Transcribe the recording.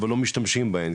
אבל לא משתמשים בהם,